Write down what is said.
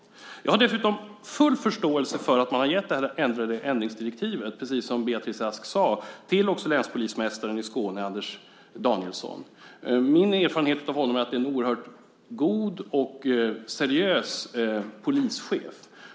Jag har dessutom full förståelse för att man har gett det här ändrade direktivet, precis som Beatrice Ask sade, till länspolismästaren i Skåne, Anders Danielsson. Min erfarenhet av honom är att han är en oerhört god och seriös polischef.